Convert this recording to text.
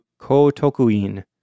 Kotokuin